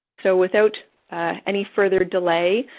so, without any further delay,